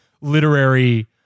literary